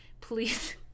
please